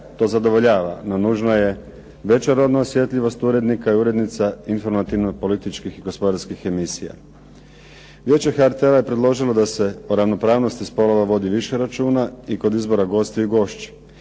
to zadovoljava. No, nužna je veća rodna osjetljivost urednika i urednica informativno-političkih i gospodarskih emisija. Vijeće HRT-a je predložilo da se o ravnopravnosti spolova vodi više računa i kod izbora gostiju i gošći,